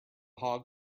hog